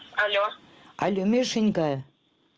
hello hello mishinka.